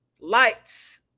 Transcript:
lights